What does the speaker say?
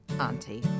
Auntie